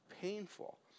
Painful